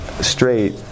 straight